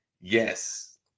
yes